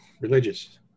religious